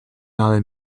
allen